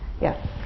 Yes